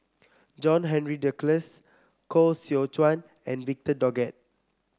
John Henry Duclos Koh Seow Chuan and Victor Doggett